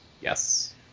Yes